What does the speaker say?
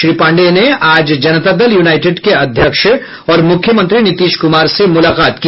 श्री पांडेय ने आज जनता दल यूनाईटेड के अध्यक्ष और मुख्यमंत्री नीतीश कुमार से मुलाकात की